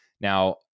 Now